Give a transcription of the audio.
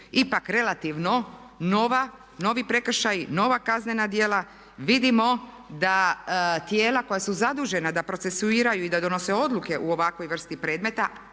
ipak relativno novi prekršaji, nova kaznena djela. Vidimo da tijela koja su zadužena da procesuiraju i da donose odluke u ovakvoj vrsti predmeta